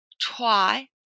Try